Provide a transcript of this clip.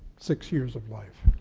six years of life.